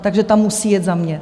Takže tam musí jet za mě.